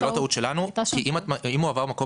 זה לא טעות שלנו כי אם הוא עבר מקום